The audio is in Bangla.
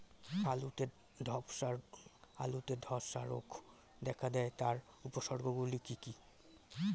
আলুতে ধ্বসা রোগ দেখা দেয় তার উপসর্গগুলি কি কি?